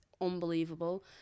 unbelievable